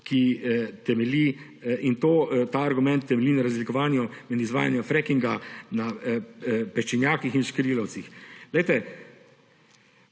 polju in ta argument temelji na razlikovanju izvajanja frackinga na peščenjakih in škrilovcih.